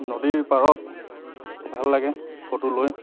নদীৰ পাৰত ভাল লাগে ফটো লৈ